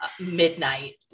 midnight